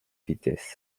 vitesse